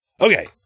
Okay